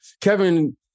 Kevin